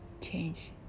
change